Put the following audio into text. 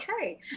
okay